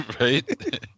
Right